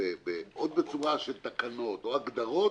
או בצורה של תקנות או הגדרות,